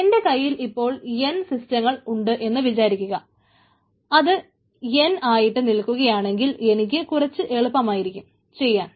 എന്റെ കൈയിൽ ഇപ്പോൾ എൻ ആയിട്ട് നിൽക്കുകയാണെങ്കിൽ എനിക്ക് കുറച്ച് എളുപ്പമായിരിക്കും ചെയ്യാൻ